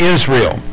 Israel